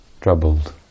Troubled